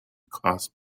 caused